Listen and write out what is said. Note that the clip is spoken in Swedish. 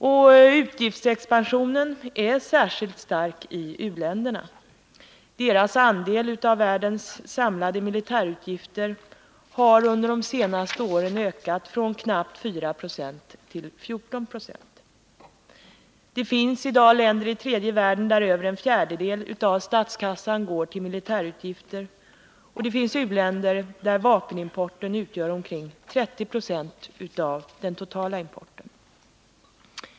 Och utgiftsexpansionen är särskilt stark i u-länderna. Deras andel av världens samlade militärutgifter har under de senaste åren ökat från knappt 4 Yo till 14 96. Det finns länder i tredje världen där över en fjärdedel av statskassan går till militärutgifter, och det finns u-länder där vapenimporten utgör omkring 30 20 av deras totala import.